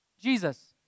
Jesus